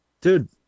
Dude